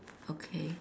okay